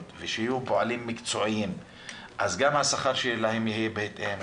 ושיהיו פועלים מקצועיים אז גם השכר שלהם יהיה בהתאם,